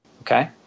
okay